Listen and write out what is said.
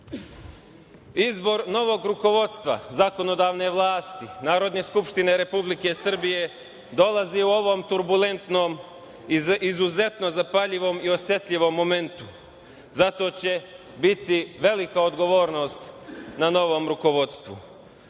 dobru. Izbor novog rukovodstva zakonodavne vlasti Narodne skupštine Republike Srbije dolazi u ovom turbulentnom, izuzetno zapaljivom i osetljivom momentu. Zato će biti velika odgovornost na novom rukovodstvu. Stranka